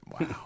Wow